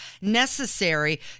necessary